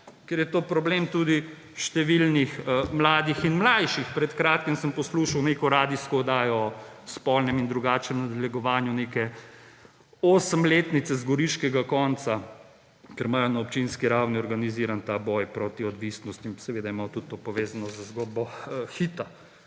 ker je to problem tudi številnih mladih in mlajših. Pred kratkim sem poslušal neko radijsko oddajo o spolnem in drugačnem nadlegovanju neke osemletnice iz goriškega konca, ker imajo na občinski ravni organiziran ta boj proti odvisnostim, seveda je malo tudi to povezano z zgodbo Hita,